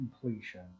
completion